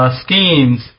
schemes